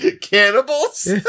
cannibals